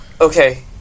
Okay